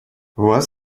вас